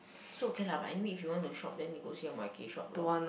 so okay lah but anyway if you want to shop then you go see your shop loh